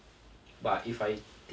but if I try